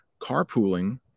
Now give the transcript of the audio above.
Carpooling